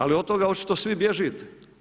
Ali od toga očito svi bježite.